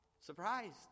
Surprised